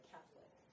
Catholic